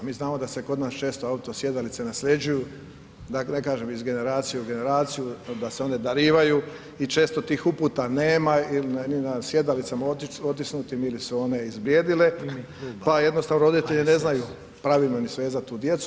Mi znamo da se kod nas često auto sjedalice nasljeđuju, da ne kažem iz generacije u generaciju, da se one darivaju i često tih uputa nema ni na sjedalicama otisnutim ili su one izblijedile, pa jednostavno roditelji ne znaju pravilno ni svezat tu djecu.